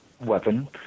weapon